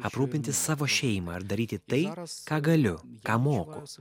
aprūpinti savo šeimą ar daryti tai ką galiu ką moku